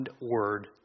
word